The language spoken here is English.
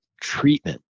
treatment